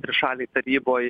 trišalėj taryboj